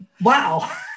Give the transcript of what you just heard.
Wow